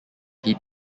heat